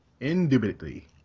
Indubitably